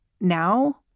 now